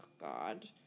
God